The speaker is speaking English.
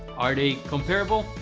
are they comparable?